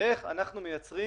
איך אנחנו מייצרים